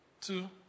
two